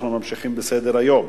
אנחנו ממשיכים בסדר-היום.